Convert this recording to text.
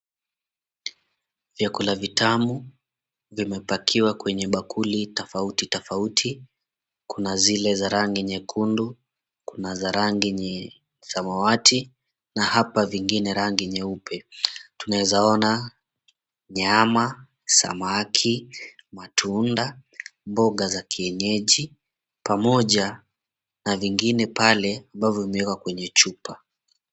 Vyakula vitamu vimepakiwa kwenye bakuli tofauti tofauti. Kuna zile za rangi nyekundu, kuna za rangi yenye samawati na hapa vingine rangi nyeupe. Tunaweza ona nyama, samaki, matunda, mboga za kienyeji, pamoja na vingine pale ambavyo vimewekwa kwenye chupa.